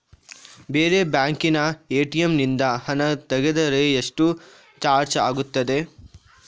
ಬೇರೆ ಬ್ಯಾಂಕಿನ ಎ.ಟಿ.ಎಂ ನಿಂದ ಹಣ ತೆಗೆದರೆ ಎಷ್ಟು ಚಾರ್ಜ್ ಆಗುತ್ತದೆ?